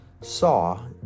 saw